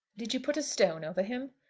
did you put a stone over him?